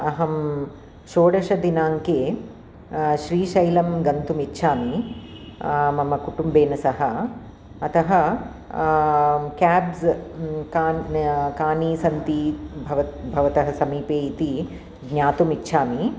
अहं षोडशदिनाङ्के श्रीशैलं गन्तुमिच्छामि मम कुटुम्बेन सह अतः केब्स् कान् कानि सन्ति भवतः भवतः समीपे इति ज्ञातुमिच्छामि